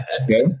Okay